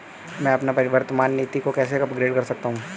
मैं अपनी वर्तमान नीति को कैसे अपग्रेड कर सकता हूँ?